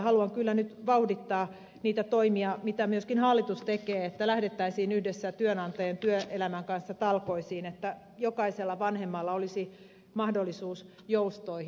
haluan kyllä nyt vauhdittaa niitä toimia mitä myöskin hallitus tekee että lähdettäisiin yhdessä työnantajan ja työelämän kanssa talkoisiin että jokaisella vanhemmalla olisi mahdollisuus joustoihin